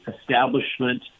establishment